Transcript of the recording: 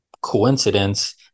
coincidence